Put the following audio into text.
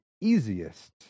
easiest